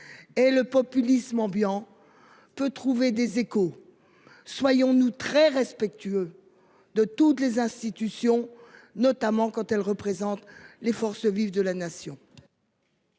Et le populisme ambiant. Peut trouver des échos. Soyons nous très respectueux de toutes les institutions, notamment quand elle représente les forces vives de la nation.